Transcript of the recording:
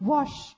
Wash